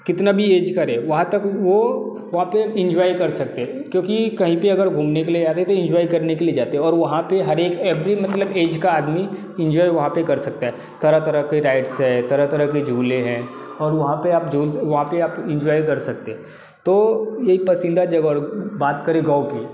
कितना भी एज का रहे वहाँ पर वो वहाँ पर इंजॉय कर सकते क्योंकि कहीं पर अगर घूमने के लिए जाते हैं तो इंजॉय करने के लिए जाते हैं वहाँ पर हर एक एवरी मतलब एज का आदमी एंजॉय वहाँ पर कर सकता है तरह तरह के राइड्स है तरह तरह के झूले हैं और वहाँ पर आप जो वहाँ पर आप झूल सकते वहाँ पर आप एंजॉय कर सकते हैं तो यही पसंदीदा जगह और बात करें गाँव की